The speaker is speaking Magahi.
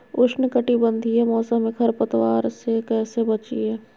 उष्णकटिबंधीय मौसम में खरपतवार से कैसे बचिये?